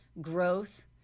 growth